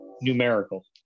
numerical